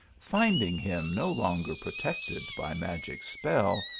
finding him no longer protected by magic spell,